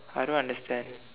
I don't understand